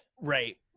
Right